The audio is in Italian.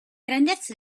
grandezza